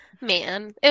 Man